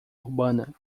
urbana